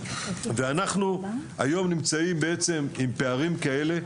היום אנחנו נמצאים עם פערים כאלה,